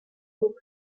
oak